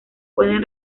pueden